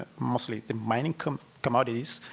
mostly the mining commodities,